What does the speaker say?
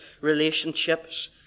relationships